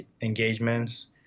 Engagements